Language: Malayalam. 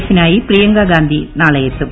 എഫിനായി പ്രിയങ്കഗാന്ധി നാളെയെത്തും